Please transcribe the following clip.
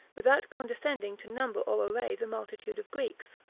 without condescending to number or array the multitude of greeks.